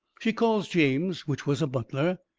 she calls james, which was a butler.